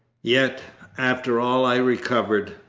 yet after all i recovered.